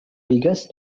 biggest